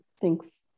Thanks